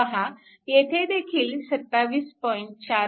पहा येथे देखील 27